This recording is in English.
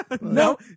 No